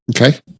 Okay